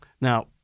Now